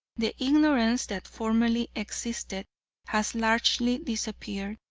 the ignorance that formerly existed has largely disappeared,